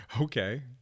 Okay